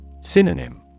Synonym